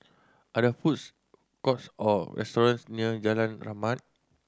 are there foods courts or restaurants near Jalan Rahmat